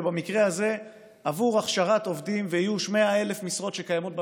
ובמקרה הזה עבור הכשרת עובדים ואיוש 100,000 משרות שקיימות במשק,